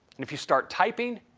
and if you start typing,